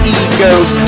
egos